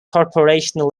corporation